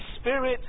Spirit